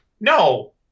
No